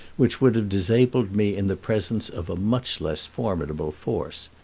which would have disabled me in the presence of a much less formidable force.